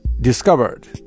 discovered